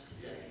today